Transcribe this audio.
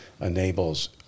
enables